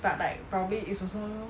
but like probably is also